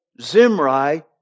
Zimri